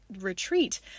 retreat